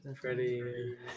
Freddie